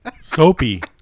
Soapy